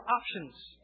options